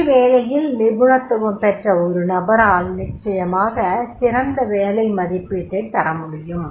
ஒரே வேலையில் நிபுணத்துவம் பெற்ற ஒரு நபரால் நிச்சயமாக சிறந்த வேலை மதிப்பீட்டை தரமுடியும்